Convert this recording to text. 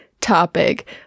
topic